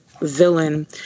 villain